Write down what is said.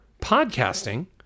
podcasting